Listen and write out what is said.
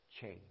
Change